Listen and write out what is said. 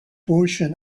portion